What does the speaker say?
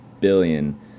billion